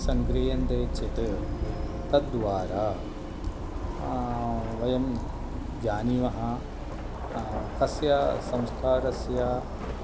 सगृह्यन्ते चेत् तद्वारा वयं जानीमः कस्य संस्कारस्य